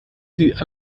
sieht